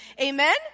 Amen